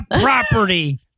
property